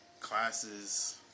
classes